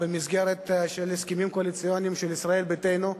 במסגרת של הסכמים קואליציוניים של ישראל ביתנו,